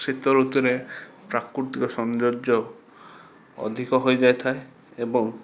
ଶୀତଋତୁରେ ପ୍ରାକୃତିକ ସୌନ୍ଦର୍ଯ୍ୟ ଅଧିକ ହୋଇ ଯାଇଥାଏ ଏବଂ